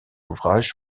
ouvrages